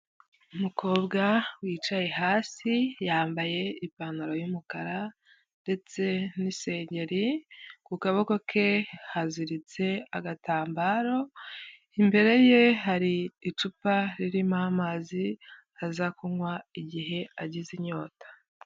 Umukobwa wicaye hasi yambaye ipantaro y'umukara ndetse n'isengeri ku kaboko ke haziritse agatambaro, imbere ye hari icupa ririmo amazi aza kunywa igihe agize inyota.